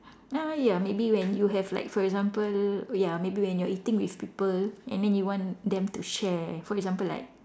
ah ya maybe when you have like for example ya maybe when you are eating with people and then you want them to share for example like